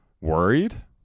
worried